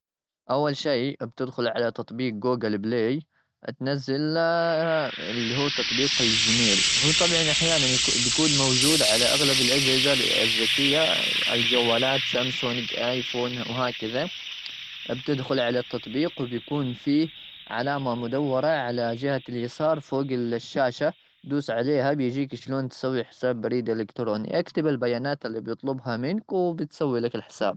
أول شي، بتدخل على تطبيق Google Play. تنزل، اللي هو تطبيق ال Gmail. هو طبعا أحيانا يكون-بيكون موجود على أغلب الأجهزة الذكية، الجوالات، Samsung، iPhone وهكذا. بتدخل على التطبيق، بيكون فيه علامة مدورة على جهة اليسار فوق الشاشة. دوس عليها، بيجيك شلون تسوي حساب بريد إلكتروني. أكتب البيانات اللي بيطلبها منك وبتسوي لك الحساب.